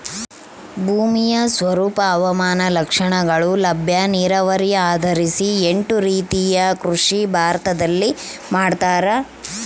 ಭೂಮಿ ಸ್ವರೂಪ ಹವಾಮಾನ ಲಕ್ಷಣಗಳು ಲಭ್ಯ ನೀರಾವರಿ ಆಧರಿಸಿ ಎಂಟು ರೀತಿಯ ಕೃಷಿ ಭಾರತದಲ್ಲಿ ಮಾಡ್ತಾರ